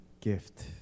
gift